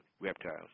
reptiles